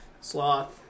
Sloth